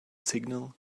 signal